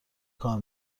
کار